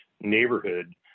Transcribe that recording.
neighborhood